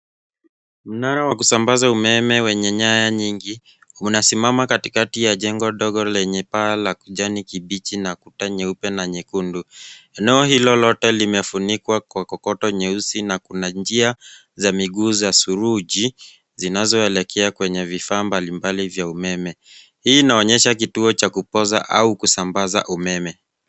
Mnara wa kusambaza umeme wenye nyaya nyingi unasimama katikati ye jengo dogo lenye paa la kijani kibichi na kuta nyeupe na nyekundu. Eneo hilo lote limefunikwa kwa kokoto nyeusi na kuna njia za miguu za saruji zinazoelekea kwenye vifaa mbalimbali vya umeme. Hii inaonyesha kituo cha kupoza au kusambaza umeme.